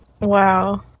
Wow